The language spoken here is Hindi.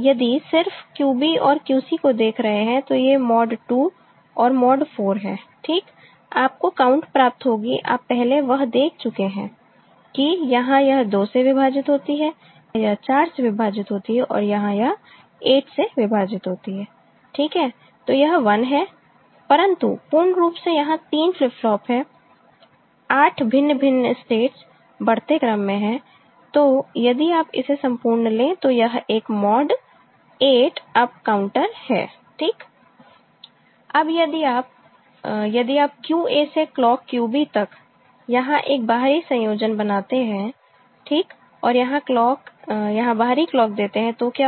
यदि आप सिर्फ QB और QC को देख रहे हैं तो ये मॉड 2 और मॉड 4 है ठीक आपको काउंट प्राप्त होगी आप पहले वह देख चुके हैं कि यहां यह 2 से विभाजित होती है यहां यह 4 से विभाजित होती है और यहां यह 8 से विभाजित होती है ठीक है तो यह 1 है परंतु पूर्ण रूप से यहां 3 फ्लिप फ्लॉप हैं 8 भिन्न भिन्न स्टेट्स बढ़ते क्रम में हैं तो यदि आप इसे संपूर्ण ले तो यह एक मॉड 8 अप काउंटर है ठीक अब यदि आप यदि आप QA से क्लॉक QB तक यहां एक बाहरी संयोजन बनाते हैं ठीक और यहां क्लॉक यहां बाहरी क्लॉक देते हैं तो क्या होगा